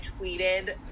tweeted